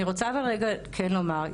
אני רוצה אבל רגע כן לומר,